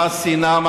ללא השנאה,